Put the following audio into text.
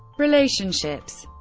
relationships